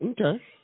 Okay